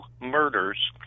murders